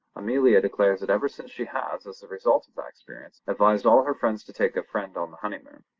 amelia declares that ever since she has, as the result of that experience, advised all her friends to take a friend on the honeymoon.